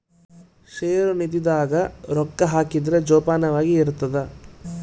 ಷೇರು ನಿಧಿ ದಾಗ ರೊಕ್ಕ ಹಾಕಿದ್ರ ಜೋಪಾನವಾಗಿ ಇರ್ತದ